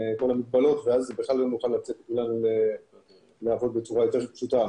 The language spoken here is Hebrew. המגבלות ואז נוכל לעבוד בצורה יותר פשוטה.